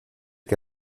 que